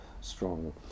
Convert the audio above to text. strong